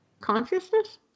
consciousness